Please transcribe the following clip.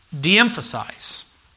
de-emphasize